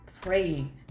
praying